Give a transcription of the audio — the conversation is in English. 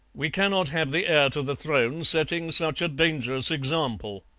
we cannot have the heir to the throne setting such a dangerous example